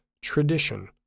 tradition